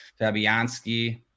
Fabianski